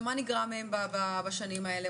ומה נגרע מהם בשנים האלה?